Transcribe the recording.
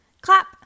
clap